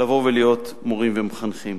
לבוא ולהיות מורים ומחנכים.